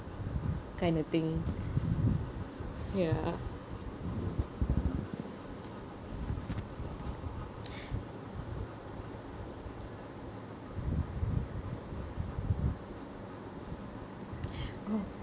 kind of thing ya oh